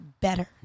better